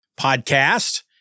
podcast